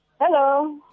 Hello